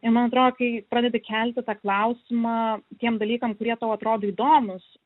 ir man atrodo kai pradedi kelti tą klausimą tiem dalykam kurie tau atrodo įdomūs